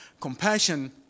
compassion